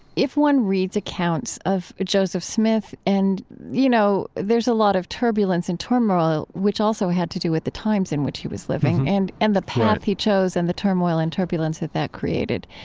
if one reads accounts of joseph smith and you know, there's a lot of turbulence and turmoil, which also had to do with the times in which he was living and, right, and the path he chose and the turmoil and turbulence that that created.